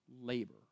labor